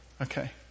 Okay